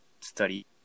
study